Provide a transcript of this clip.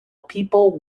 people